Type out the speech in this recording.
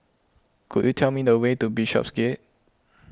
could you tell me the way to Bishopsgate